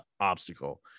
obstacle